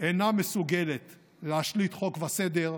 אינה מסוגלת להשליט חוק וסדר,